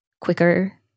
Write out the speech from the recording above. quicker